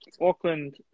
Auckland